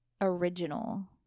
original